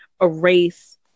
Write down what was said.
erase